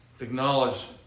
acknowledge